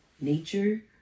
nature